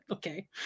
Okay